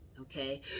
Okay